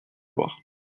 loire